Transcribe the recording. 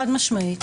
חד-משמעית.